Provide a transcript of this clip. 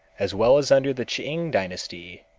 as well as under the ch'ing dynasty,